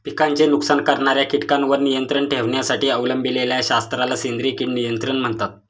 पिकांचे नुकसान करणाऱ्या कीटकांवर नियंत्रण ठेवण्यासाठी अवलंबिलेल्या शास्त्राला सेंद्रिय कीड नियंत्रण म्हणतात